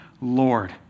Lord